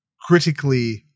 critically